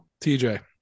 TJ